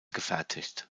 gefertigt